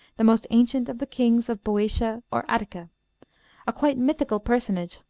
the most ancient of the kings of boeotia or attica a quite mythical personage,